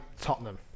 Tottenham